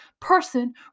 person